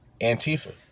Antifa